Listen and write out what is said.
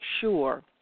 sure